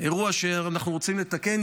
אירוע שאנחנו רוצים לתקן.